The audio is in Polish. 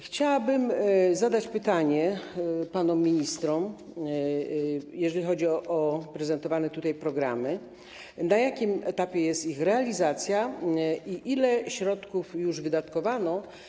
Chciałabym zadać pytanie panom ministrom, jeżeli chodzi o prezentowane tutaj programy, na jakim etapie jest ich realizacja i ile środków już wydatkowano.